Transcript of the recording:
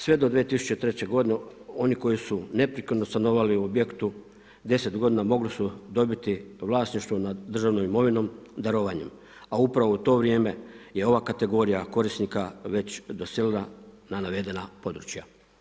Sve do 2003. godine oni koji su neprekidno stanovali u objektu 10 godina mogli su dobiti vlasništvo nad državnom imovinom darovanjem, a upravo u to vrijeme je ova kategorija korisnika već doselila na navedena područja.